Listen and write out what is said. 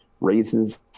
raises